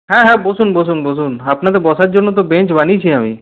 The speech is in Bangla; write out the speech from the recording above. হ্যাঁ হ্যাঁ বসুন বসুন বসুন আপনাদের বসার জন্য তো বেঞ্চ বানিয়েছি আমি